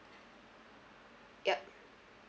yup